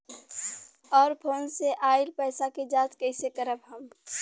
और फोन से आईल पैसा के जांच कैसे करब हम?